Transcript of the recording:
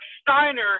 Steiner –